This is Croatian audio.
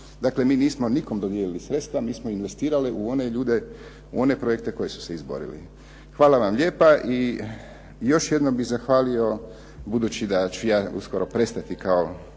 Dakle, mi nismo nikom dodijelili sredstva mi smo investirali u one ljude, one projekte koji su se izborili. Hvala vam lijepa i još jednom bih zahvalio budući da ću ja uskoro prestati kao